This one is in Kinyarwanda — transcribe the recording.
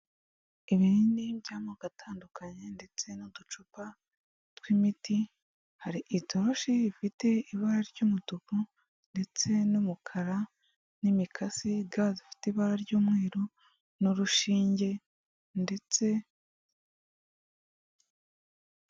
Ibinini by'amoko atandukanye ndetse n'uducupa tw'imiti, hari itoroshi rifite ibara ry'umutuku ndetse n'umukara n'imikasi, ga zifite ibara ry'umweru n'urushinge ndetse...